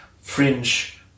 Fringe